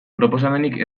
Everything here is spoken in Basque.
proposamenik